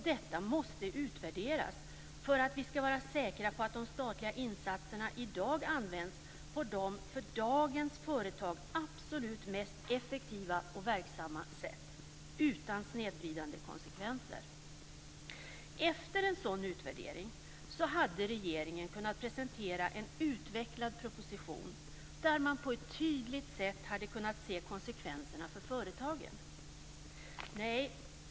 Detta måste utvärderas för att vi ska vara säkra på att de statliga insatserna i dag används på de för dagens företag absolut mest effektiva och verksamma sätten, utan snedvridande konsekvenser. Efter en sådan utvärdering hade regeringen kunnat presentera en utvecklad proposition, där man på ett tydligt sätt hade kunnat se konsekvenserna för företagen.